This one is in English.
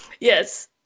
Yes